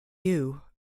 yew